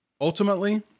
Ultimately